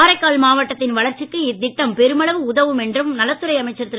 காரைக்கால் மாவட்டத்தின் வளர்ச்சிக்கு இத்திட்டம் பெருமளவு உதவும் என்று நலத்துறை அமைச்சர் திரு